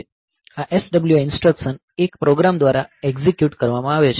આ SWI instruction એક program દ્વારા એકઝીક્યુટ કરવામાં આવે છે